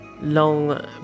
long